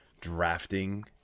drafting